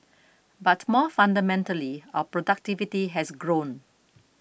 but more fundamentally our productivity has grown